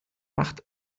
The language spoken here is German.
macht